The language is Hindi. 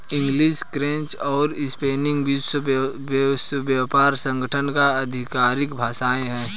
इंग्लिश, फ्रेंच और स्पेनिश विश्व व्यापार संगठन की आधिकारिक भाषाएं है